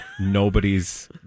nobody's